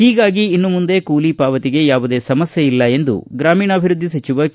ಹೀಗಾಗಿ ಇನ್ನು ಮುಂದೆ ಕೂಲಿ ಪಾವತಿಗೆ ಯಾವುದೇ ಸಮಸ್ಕೆಯಲ್ಲ ಎಂದು ಗ್ರಾಮೀಣಾಭಿವೃದ್ದಿ ಸಚಿವ ಕೆ